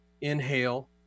inhale